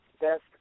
best